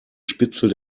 spitzel